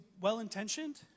well-intentioned